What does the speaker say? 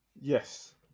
Yes